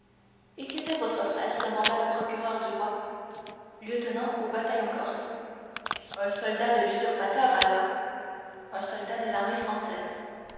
et qu'était votre frère demanda le procureur du roi lieutenant au bataillon corse un soldat de l'usurpateur alors un soldat des armées françaises